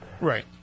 Right